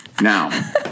Now